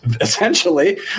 essentially